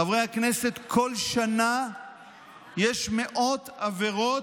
חברי הכנסת, בכל שנה יש מאות עבירות,